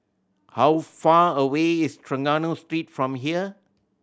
how far away is Trengganu Street from here